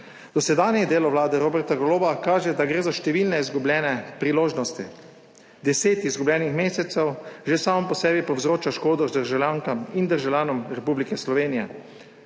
Dosedanje delo vlade Roberta Goloba kaže, da gre za številne izgubljene priložnosti. 10 izgubljenih mesecev že samo po sebi povzroča škodo državljankam in državljanom Republike Slovenije.